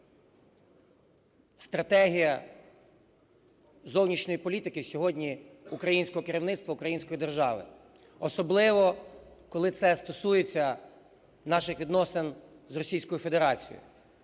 є стратегія зовнішньої політики сьогодні українського керівництва, української держави. Особливо, коли це стосується наших відносин з Російською Федерацією.